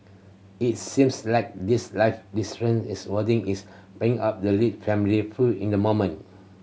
it seems like these life differences is wording is playing out the Lee family feud in the moment